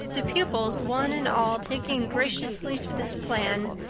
the pupils one and all taking graciously to this plan,